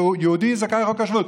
הוא יהודי זכאי חוק השבות,